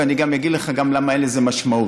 ואגיד לך גם למה אין לזה משמעות.